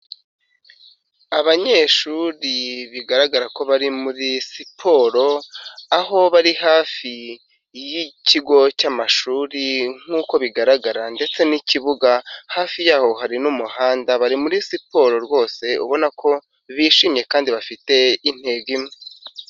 Abanyeshuri bigaragara ko bari muri siporo, aho bari hafi y'ikigo cy'amashuri nk'uko bigaragara ndetse n'ikibuga, hafi yaho hari n'umuhanda, bari muri siporo rwose ubona ko bishimye kandi bafite intego imwe.